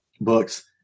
books